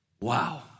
Wow